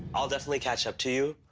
i'll definitely catch up to you,